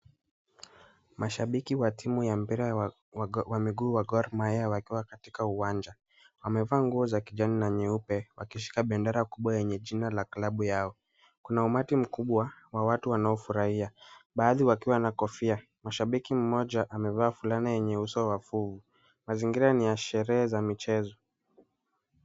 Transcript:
Mashabiki wa timu ya mpira wa miguu wa Gor mahia wakiwa katika uwanja. Wamevaa nguo za kijani na nyeupe wakishika bendera kubwa yenye jina la klabu yao. Kuna umati mkubwa wa watu wanaofurahia, baadhi wakiwa na kofia. Mshabiki mmoja amevaa fulana yenye uso wa fuu. Mazingira ni ya sherehe za michezo.